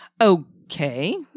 Okay